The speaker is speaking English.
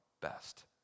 best